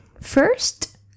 First